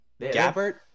Gabbard